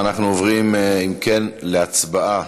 אנחנו עוברים, אם כן, להצבעה